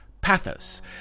pathos